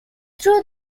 through